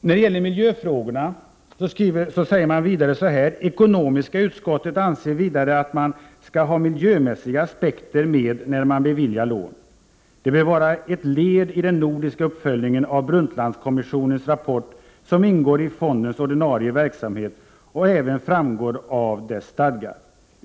När det gäller miljöfrågorna står det vidare i protokollet: ”Ekonomiska utskottet anser vidare att man skall ha miljömässiga aspekter med när man beviljar lån. Det bör vara ett led i den nordiska uppföljning av Brundtlandkommissionens rapport som ingår i fondens ordinarie verksamhet och även framgår av dess stadgar.